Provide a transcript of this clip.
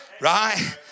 right